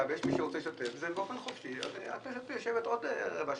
לשבת עוד רבע שעה,